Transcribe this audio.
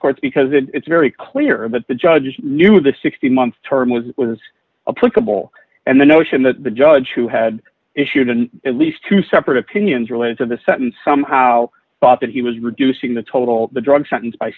court because it's very clear that the judge knew the sixteen month term was a plausible and the notion that the judge who had issued in at least two separate opinions related to the sentence somehow thought that he was reducing the total the drug sentence by